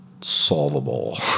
solvable